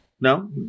No